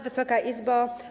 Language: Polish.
Wysoka Izbo!